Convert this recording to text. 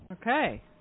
Okay